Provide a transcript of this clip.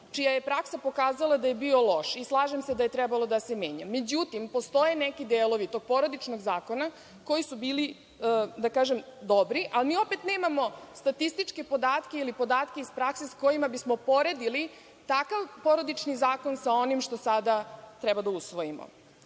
čija je praksa pokazala da je bio loš. Slažem se da je trebalo da se menja. Međutim, postoje neki delovi tog Porodičnog zakona koji su bili, da kažem, dobri, ali opet nemamo statističke podatke ili podatke iz prakse sa kojima bismo poredili takav Porodični zakon sa onim što sada treba da usvojimo. Mi